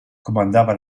comandava